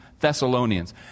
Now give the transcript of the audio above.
Thessalonians